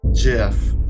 Jeff